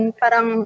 parang